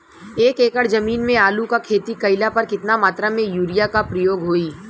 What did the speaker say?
एक एकड़ जमीन में आलू क खेती कइला पर कितना मात्रा में यूरिया क प्रयोग होई?